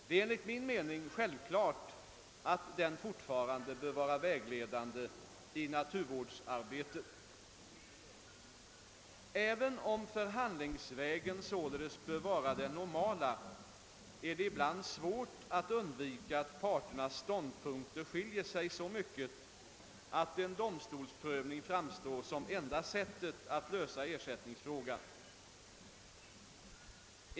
Det är enligt min mening självklart att den fortfarande bör vara vägledande i naturvårdsarbetet. Även om förhandlingsvägen således bör vara den normala, är det ibland svårt att undvika att parternas ståndpunkter skiljer sig så mycket att en domstolsprövning framstår som enda sättet att lösa ersättningsfrågan.